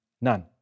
none